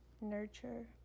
nurture